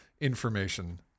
information